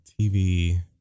TV